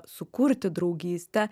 sukurti draugystę